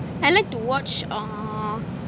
I like to watch uh